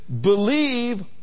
believe